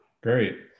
Great